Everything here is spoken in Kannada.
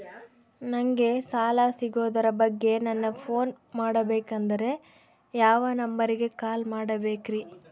ನಂಗೆ ಸಾಲ ಸಿಗೋದರ ಬಗ್ಗೆ ನನ್ನ ಪೋನ್ ಮಾಡಬೇಕಂದರೆ ಯಾವ ನಂಬರಿಗೆ ಕಾಲ್ ಮಾಡಬೇಕ್ರಿ?